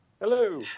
Hello